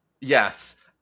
Yes